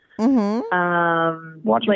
Watching